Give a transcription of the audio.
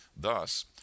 Thus